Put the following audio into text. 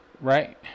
right